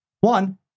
One